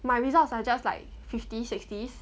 my results are just like fifty sixties